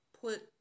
put